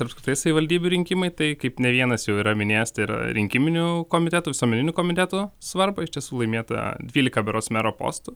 ir apskritai savivaldybių rinkimai tai kaip ne vienas jau yra minėjęs tai ir rinkiminių komitetų visuomeninių komitetų svarbą iš tiesų laimėta dvylika berods mero postų